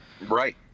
Right